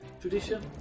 tradition